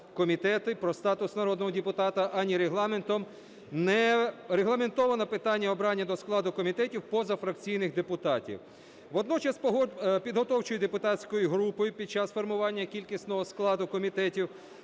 комітети, про статус народного депутата, ані Регламентом не регламентовано питання обрання до складу комітетів позафракційних депутатів. Водночас Підготовчою депутатською групою під час формування кількісного складу комітетів